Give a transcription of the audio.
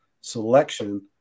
selection